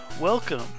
Welcome